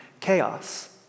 chaos